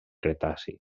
cretaci